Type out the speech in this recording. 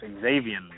Xavier